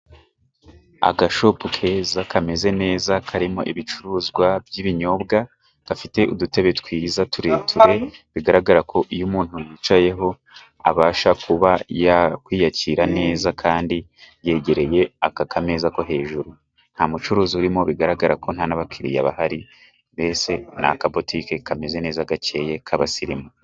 Aka kabari kameze neza kandi ni keza , karimo ibinyobwa ,gafite udutebe twiza tureture bigaragara ko iyo umuntu yicayeho abasha kuba yakwiyakira neza kandi yegereye aka kameza ko hejuru .Nta mucuruzi urimo bigaragara ko ntabakiriya bahari mbese ni akabari kameze neza gakeye k'abasirimu.